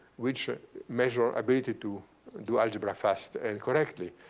which measure ability to do algebra fast and correctly.